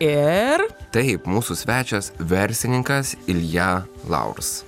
ir taip mūsų svečias verslininkas ilja laurs